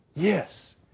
Yes